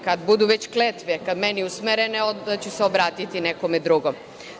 Kad budu već kletve ka meni usmerene, onda ću se obratiti nekome drugom.